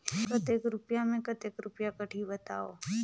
कतेक रुपिया मे कतेक रुपिया कटही बताव?